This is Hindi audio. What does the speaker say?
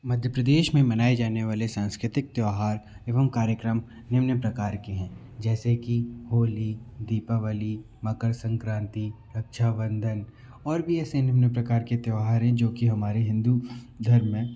मध्य प्रदेश में मनाए जाने वाले सांस्कृतिक त्यौहार एवं कार्यक्रम निम्न प्रकार के हैं जैसे कि होली दीपावली मकर संक्रांति रक्षा बंधन और भी ऐसे निम्न प्रकार के त्यौहार हैं जो कि हमारे हिन्दू धर्म में